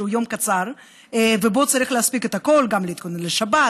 שהוא יום קצר ובו צריך להספיק את הכול: גם להתכונן לשבת,